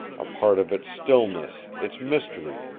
a part of its stillness, its mystery,